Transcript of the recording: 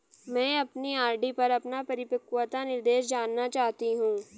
मैं अपनी आर.डी पर अपना परिपक्वता निर्देश जानना चाहती हूँ